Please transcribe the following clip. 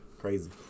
Crazy